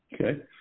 okay